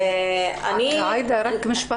חשוב